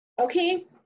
okay